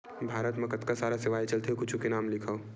भारत मा कतका सारा सेवाएं चलथे कुछु के नाम लिखव?